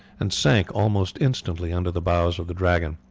and sank almost instantly under the bows of the dragon.